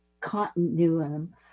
continuum